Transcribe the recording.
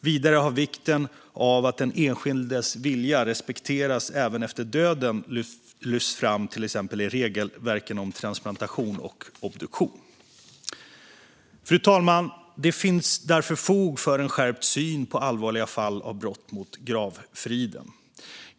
Vidare har vikten av att den enskildes vilja respekteras även efter döden lyfts fram, till exempel i regelverken om transplantation och obduktion. Fru talman! Det finns därför fog för en skärpt syn på allvarliga fall av brott mot gravfriden.